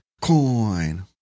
Coin